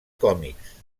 còmics